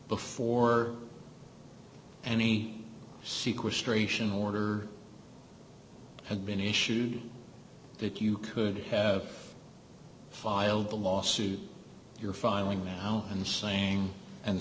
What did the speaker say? before any sequel stray ssion order had been issued that you could have filed the lawsuit you're filing now and saying and